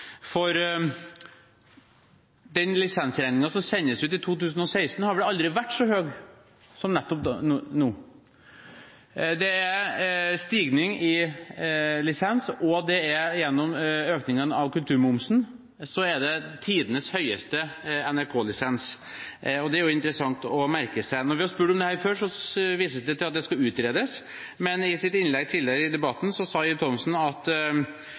for den lisensregningen som sendes ut i 2016, har vel aldri vært så høy som nettopp nå. Det er stigning i lisens, og gjennom økningen av kulturmomsen er det tidenes høyeste NRK-lisens. Det er interessant å merke seg. Når vi har spurt om dette før, vises det til at det skal utredes. Men i et innlegg tidligere i debatten sa Ib Thomsen at